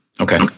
okay